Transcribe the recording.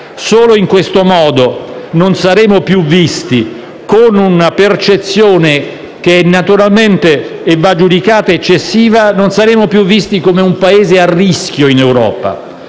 Solo in questo modo non saremo più visti, con una percezione che naturalmente va giudicata eccessiva, come un Paese a rischio in Europa.